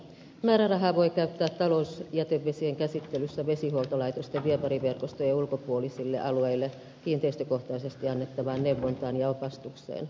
määrärahaa voi käyttää talousjätevesien käsittelyssä vesihuoltolaitosten viemäriverkostojen ulkopuolisille alueille kiinteistökohtaisesti annettavaan neuvontaan ja opastukseen